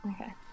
Okay